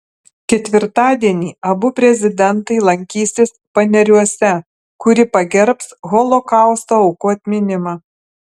ketvirtadienį abu prezidentai lankysis paneriuose kuri pagerbs holokausto aukų atminimą